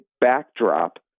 backdrop